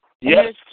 Yes